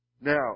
Now